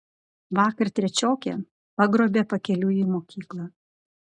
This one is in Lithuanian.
vakar trečiokę pagrobė pakeliui į mokyklą